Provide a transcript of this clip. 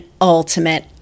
ultimate